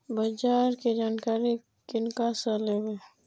बाजार कै जानकारी किनका से लेवे?